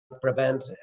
prevent